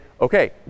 okay